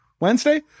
Wednesday